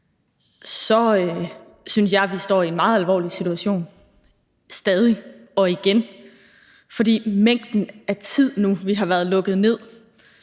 så synes jeg, at vi står i en meget alvorlig situation – stadig og igen. For længden af tid, vi har været lukket ned,